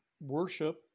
worship